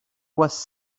was